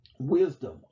wisdom